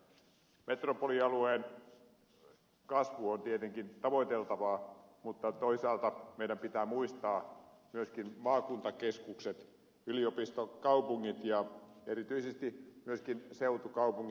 metropolialueen kasvu on tietenkin tavoiteltavaa mutta toisaalta meidän pitää muistaa myöskin maakuntakeskukset yliopistokaupungit ja erityisesti myöskin seutukaupungit